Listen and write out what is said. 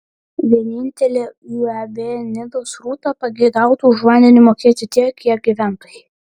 vienintelė uab nidos rūta pageidautų už vandenį mokėti tiek kiek gyventojai